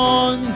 on